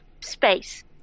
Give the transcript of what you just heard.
space